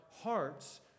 hearts